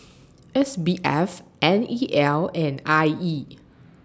S B F N E L and I E